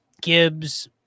Gibbs